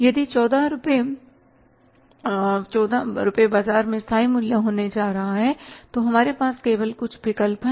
यदि 14 बाजार में स्थायी मूल्य होने जा रहा है तो हमारे पास केवल कुछ विकल्प हैं